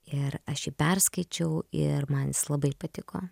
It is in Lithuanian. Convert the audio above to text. ir aš jį perskaičiau ir man jis labai patiko